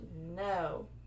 no